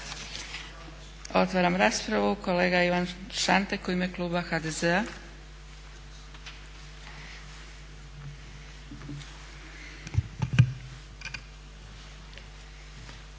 Otvaram raspravu. Kolega Ivan Šantek u ime kluba HDZ-a.